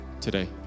today